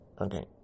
Okay